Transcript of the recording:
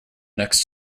next